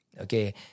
Okay